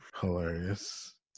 hilarious